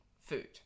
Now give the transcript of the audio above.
food